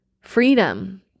freedom